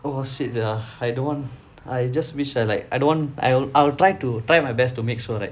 oh shit ah I don't want I just wish I like I don't want I'll I'll try to try my best to make sure right